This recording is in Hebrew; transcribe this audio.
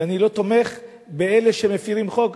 ואני לא תומך באלה שמפירים את החוק,